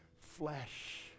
flesh